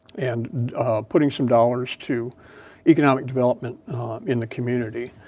and putting some dollars to economic development in the community.